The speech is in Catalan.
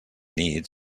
nit